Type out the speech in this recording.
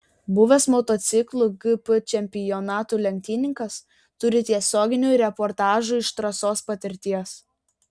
buvęs motociklų gp čempionatų lenktynininkas turi tiesioginių reportažų iš trasos patirties